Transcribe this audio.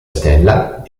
stella